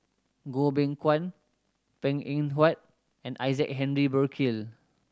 Goh Beng Kwan Png Eng Huat and Isaac Henry Burkill